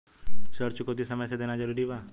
ऋण चुकौती समय से देना जरूरी बा?